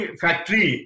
factory